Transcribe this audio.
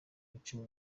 nacumi